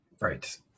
Right